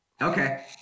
Okay